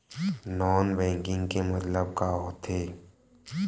Non banking के मतलब का होथे?